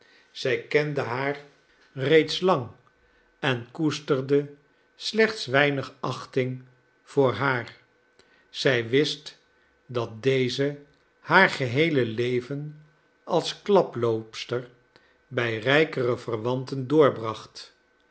zij kende haar reeds lang en koesterde slechts weinig achting voor haar zij wist dat deze haar geheele leven als klaploopster bij rijkere